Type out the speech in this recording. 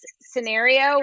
scenario